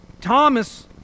Thomas